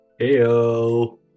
Heyo